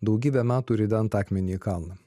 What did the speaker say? daugybę metų rident akmenį į kalną